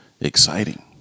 exciting